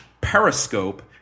Periscope